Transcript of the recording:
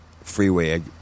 freeway